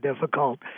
difficult